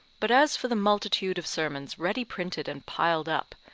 but as for the multitude of sermons ready printed and piled up,